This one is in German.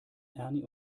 ernie